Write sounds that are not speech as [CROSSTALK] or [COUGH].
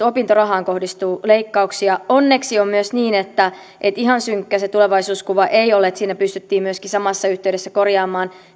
[UNINTELLIGIBLE] opintorahaan kohdistuu leikkauksia onneksi on myös niin että ihan synkkä se tulevaisuuskuva ei ole kun siinä pystyttiin myöskin samassa yhteydessä korjaamaan